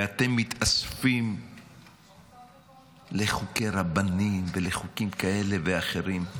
ואתם מתאספים לחוקי רבנים ולחוקים כאלה ואחרים.